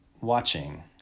watching